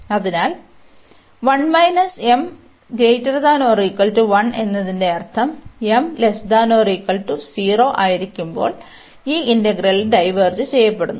അതിനാൽ എന്നതിന്റെ അർത്ഥം ആയിരിക്കുമ്പോൾ ഈ ഇന്റഗ്രൽ ഡൈവേർജ് ചെയ്യപ്പെടുന്നു